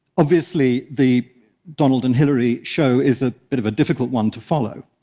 obviously, the donald and hillary show is a bit of a difficult one to follow,